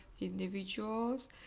individuals